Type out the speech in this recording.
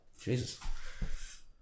Jesus